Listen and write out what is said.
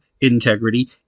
Integrity